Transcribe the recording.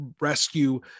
rescue